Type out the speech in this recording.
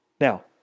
Now